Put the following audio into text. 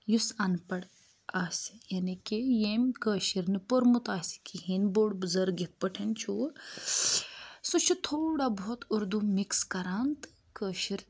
یُس اَن پَڑھ آسہِ یعنی کہِ ییٚمۍ کٲشِر نہٕ پوٚرمُت آسہِ کِہیٖنۍ بوٚڑ بُزَرگ یِتھ پٲٹھۍ چھُ سُہ چھُ تھوڑا بہت اُردو مِکٕس کَران تہٕ کٲشِر